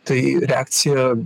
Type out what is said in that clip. tai reakcija